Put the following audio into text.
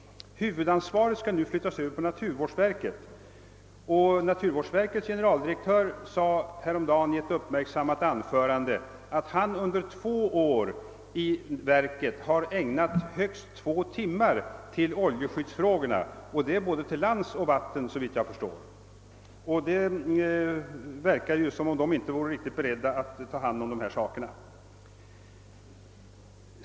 Huvudansvaret skall nu flyttas över på naturvårdsverket. Dess generaldirektör sade häromdagen i ett uppmärksammat anförande, att han under två år i verket har ägnat högst två timmar åt oljeskyddsfrågorna och såvitt jag förstår gäller det både till lands och till sjöss. Det verkar alltså som om naturvårdsverket inte var riktigt berett att ta hand om dessa problem.